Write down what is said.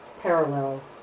Parallel